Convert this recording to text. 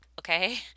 okay